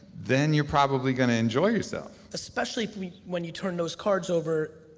then you're probably gonna enjoy yourself. especially when you turn those cards over,